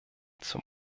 zum